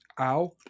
Ow